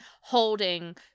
holding